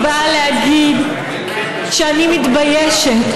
היא באה להגיד שאני מתביישת,